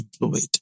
employed